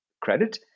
credit